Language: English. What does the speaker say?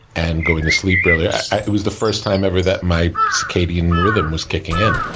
and going to sleep earlier. it was the first time ever that my circadian rhythm was kicking in.